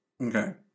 okay